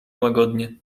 łagodnie